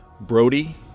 Brody